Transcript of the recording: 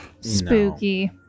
Spooky